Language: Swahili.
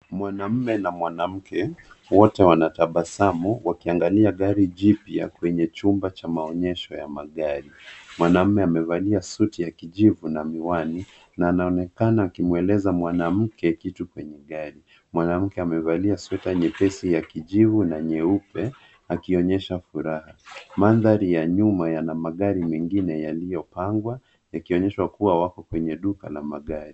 Mwanaume na mwanamke wote wanatabasamu wakiangalia gari jipya kwenye chumba cha maonyesho ya magari. Mwanaume amevalia suti ya kijivu na miwani na anaonekana akielekeza mwanamke kitu kwenye gari. Mwanamke amevalia sweta nyepesi ya kijivu na nyeupe akionyesha furaha. Mandhari ya nyuma yana magari mengine yaliyopangwa ikionyesha kuwa wako kwenye duka la magari.